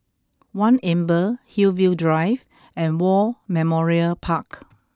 One Amber Hillview Drive and War Memorial Park